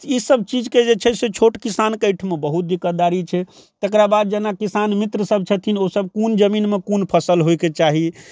ईसब चीजके जे छै से छोट किसानके अइठमा बहुत दिक्कतदारी छै तकरा बाद जेना किसान मित्र सब छथिन ओसब कोन जमीनमे कोन फसल होइके चाही